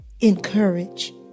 encourage